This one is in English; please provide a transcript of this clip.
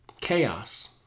Chaos